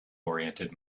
oriented